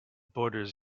borders